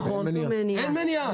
אין מניעה.